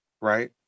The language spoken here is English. Right